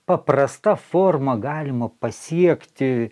paprasta forma galima pasiekti